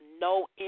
no